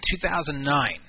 2009